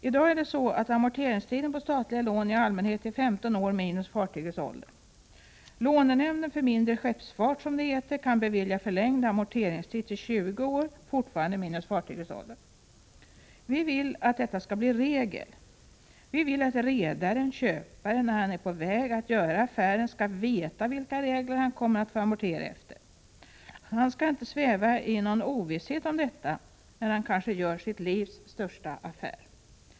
I dag är amorteringstiden på statliga lån i allmänhet 15 år, minus fartygets ålder. Lånenämnden för mindre skeppsfart, som det heter, kan bevilja förlängd amorteringstid till 20 år, fortfarande minus fartygets ålder. Vi vill att detta skall bli regel. Vi vill att redaren, köparen, när han är på väg att göra affären skall veta vilka regler han kommer att få amortera efter. Han skall inte sväva i ovisshet om detta när han gör sitt livs kanske största affär.